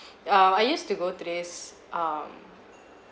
err I used to go to this um